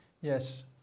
Yes